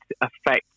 affect